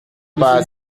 par